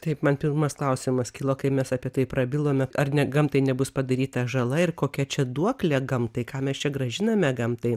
taip man pirmas klausimas kilo kai mes apie tai prabilome ar ne gamtai nebus padaryta žala ir kokia čia duoklė gamtai ką mes čia grąžiname gamtai